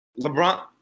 LeBron